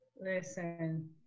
Listen